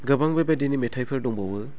आरो गोबां बे बायदिनो मेथाइफोर दंबावो